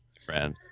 Friend